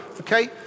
okay